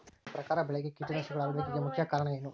ನಿಮ್ಮ ಪ್ರಕಾರ ಬೆಳೆಗೆ ಕೇಟನಾಶಕಗಳು ಹರಡುವಿಕೆಗೆ ಮುಖ್ಯ ಕಾರಣ ಏನು?